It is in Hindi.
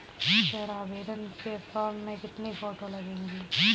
ऋण आवेदन के फॉर्म में कितनी फोटो लगेंगी?